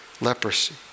leprosy